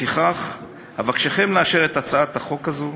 לפיכך אבקשכם לאשר את הצעת החוק הזאת